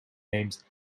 aims